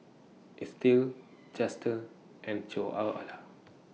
Estill Justus and Ceola